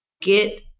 get